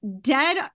dead